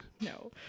no